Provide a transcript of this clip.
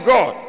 God